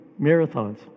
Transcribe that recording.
marathons